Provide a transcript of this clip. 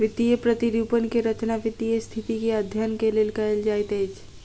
वित्तीय प्रतिरूपण के रचना वित्तीय स्थिति के अध्ययन के लेल कयल जाइत अछि